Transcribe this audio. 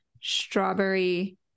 strawberry